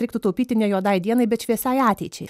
reiktų taupyti ne juodai dienai bet šviesiai ateičiai